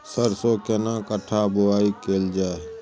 सरसो केना कट्ठा बुआई कैल जाय?